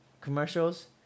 Commercials